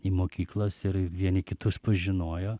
į mokyklas ir vieni kitus pažinojo